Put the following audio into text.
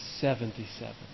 seventy-seven